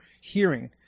hearing